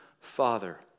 father